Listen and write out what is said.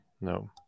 No